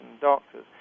doctors